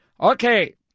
Okay